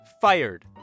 fired